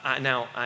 Now